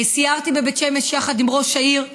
סיירתי בבית שמש יחד עם ראש העיר,